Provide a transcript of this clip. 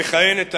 המכהנת היום,